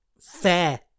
fair